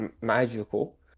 magical